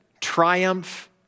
triumph